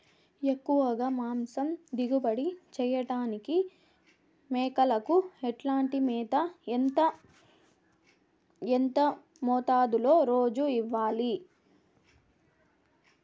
ఎక్కువగా మాంసం దిగుబడి చేయటానికి మేకలకు ఎట్లాంటి మేత, ఎంత మోతాదులో రోజు ఇవ్వాలి?